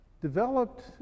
developed